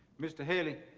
mr. hailey.